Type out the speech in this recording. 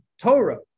Torah